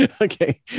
Okay